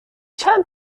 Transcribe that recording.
چند